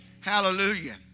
Hallelujah